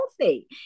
healthy